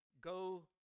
go